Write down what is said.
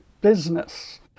business